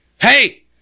Hey